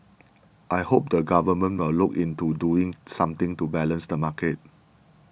I hope the government will look into doing something to balance the market